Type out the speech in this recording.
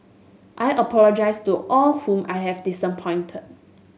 I apologise to all whom I have disappointed